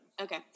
Okay